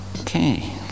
Okay